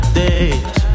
days